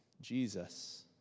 Jesus